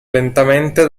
lentamente